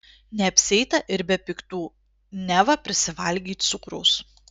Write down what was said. neapsieita ir be piktų neva prisivalgei cukraus